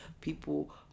People